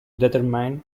determine